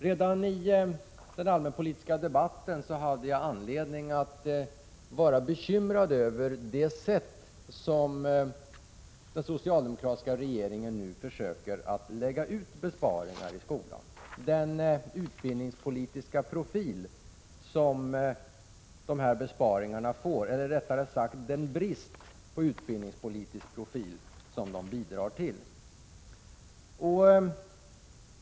Redan i den allmänpolitiska debatten hade jag anledning att vara bekymrad över det sätt på vilket den socialdemokratiska regeringen nu försöker lägga ut besparingar i skolan och den brist på utbildningspolitisk profil som dessa besparingar bidrar till.